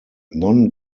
non